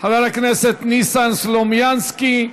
חבר הכנסת ניסן סלומינסקי.